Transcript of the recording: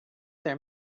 their